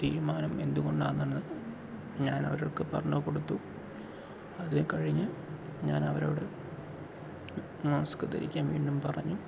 തീരുമാനം എന്തുകൊണ്ടാണെന്ന് ഞാനവർക്ക് പറഞ്ഞു കൊടുത്തു അതു കഴിഞ്ഞ് ഞാൻ അവരോട് മാസ്ക് ധരിക്കാൻ വീണ്ടും പറഞ്ഞു